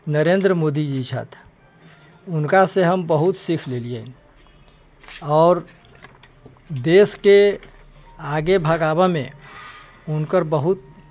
नरेन्द्र मोदी जी छथि उनका से हम बहुत सीख लेलियनि आओर देश के आगे भगाबऽ मे उनकर बहुत